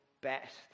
best